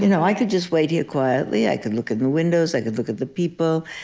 you know i could just wait here quietly. i could look in the windows. i could look at the people.